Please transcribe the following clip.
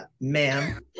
ma'am